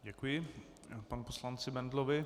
Děkuji panu poslanci Bendlovi.